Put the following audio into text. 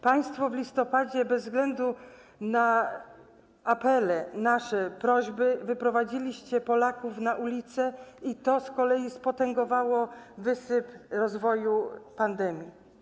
Państwo w listopadzie bez względu na apele, nasze prośby wyprowadziliście Polaków na ulice, co z kolei spotęgowało rozwoju pandemii.